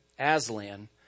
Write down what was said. Aslan